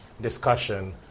discussion